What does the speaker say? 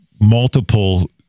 multiple